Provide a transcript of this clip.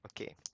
okay